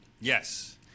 Yes